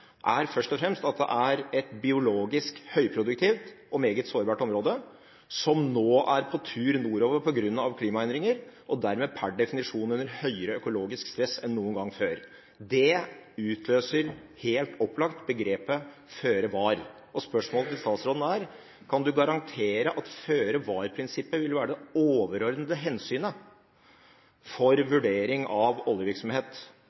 er et biologisk høyproduktivt og meget sårbart område som nå er på tur nordover på grunn av klimaendringer og dermed per definisjon under høyere økologisk stress enn noen gang før. Det utløser helt opplagt begrepet «føre var». Spørsmålet til statsråden er: Kan han garantere at føre-var-prinsippet vil være det overordnede hensynet for vurdering av oljevirksomhet